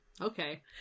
Okay